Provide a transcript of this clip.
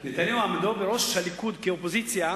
הרי נתניהו בעומדו בראש הליכוד כאופוזיציה